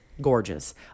Gorgeous